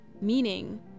meaning